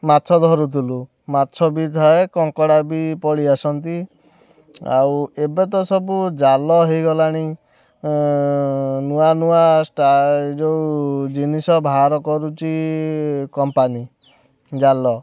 ମାଛ ଧରୁଥିଲୁ ମାଛ ବି ଥାଏ କଙ୍କଡ଼ା ବି ପଳେଈଆସନ୍ତି ଆଉ ଏବେ ତ ସବୁ ଜାଲ ହୋଇଗଲାଣି ନୂଆ ନୂଆ ଷ୍ଟା ଯେଉଁ ଜିନିଷ ବାହାର କରୁଛି କମ୍ପାନୀ ଜାଲ